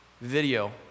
video